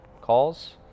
calls